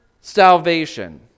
salvation